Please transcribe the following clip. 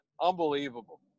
Unbelievable